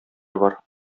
бар